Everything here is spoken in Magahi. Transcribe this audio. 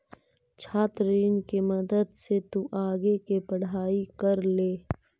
छात्र ऋण के मदद से तु आगे के पढ़ाई कर ले